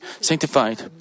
sanctified